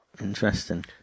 Interesting